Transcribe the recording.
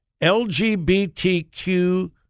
LGBTQ